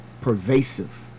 pervasive